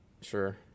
Sure